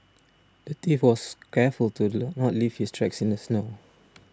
the thief was careful to not leave his tracks in the snow